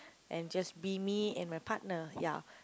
and just be me and my partner ya